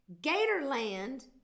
Gatorland